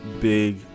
big